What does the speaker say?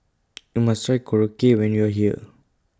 YOU must Try Korokke when YOU Are here